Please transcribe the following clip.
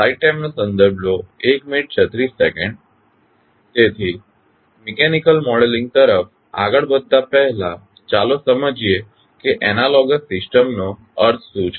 તેથી mechanical modelling તરફ આગળ વધતા પહેલાં ચાલો સમજીએ કે એનાલોગસ સિસ્ટમ નો અર્થ શું છે